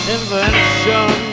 Invention